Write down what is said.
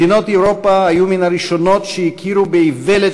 מדינות אירופה היו מן הראשונות שהכירו באיוולת